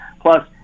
Plus